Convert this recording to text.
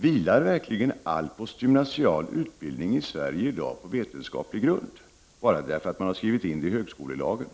Vilar verkligen all postgymnasial utbildning i Sverige i dag på vetenskaplig grund bara därför att det är inskrivet i högskolelagen?